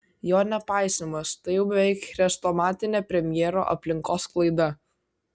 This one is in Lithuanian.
jo nepaisymas tai jau beveik chrestomatinė premjero aplinkos klaida